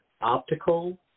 optical